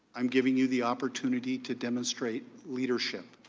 i am giving you the opportunity to demonstrate leadership.